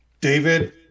David